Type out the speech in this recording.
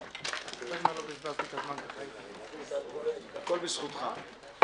הישיבה ננעלה בשעה 14:30.